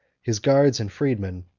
his guards and freedmen,